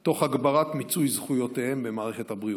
תוך הגברת מיצוי זכויותיהם במערכת הבריאות.